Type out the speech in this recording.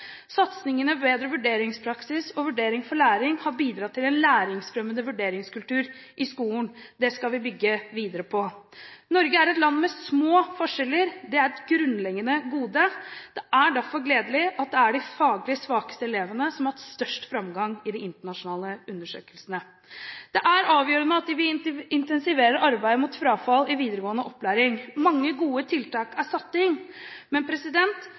Satsingene «Bedre vurderingspraksis» og «Vurdering for læring» har bidratt til en læringsfremmende vurderingskultur i skolen. Det skal vi bygge videre på. Norge er et land med små sosiale forskjeller, og det er et grunnleggende gode. Det er derfor gledelig at det er de faglig svakeste elevene som har hatt størst framgang i de internasjonale undersøkelsene. Det er avgjørende at vi intensiverer arbeidet mot frafall i videregående opplæring. Mange gode tiltak er satt inn, men